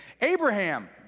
Abraham